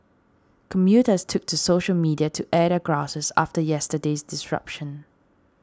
commuters took to social media to air their grouses after yesterday's disruption